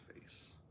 face